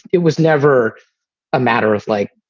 it was never a matter of like,